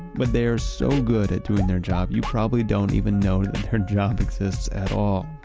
but they are so good at doing their job, you probably don't even know that their job exists at all.